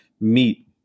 meet